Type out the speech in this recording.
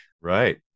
Right